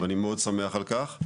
ואני מאוד שמח על כך.